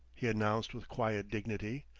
he announced with quiet dignity.